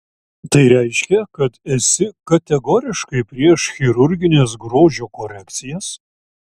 tai reiškia kad esi kategoriškai prieš chirurgines grožio korekcijas